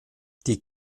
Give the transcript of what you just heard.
die